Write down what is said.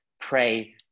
pray